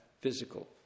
physical